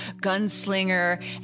gunslinger